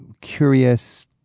curious